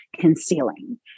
concealing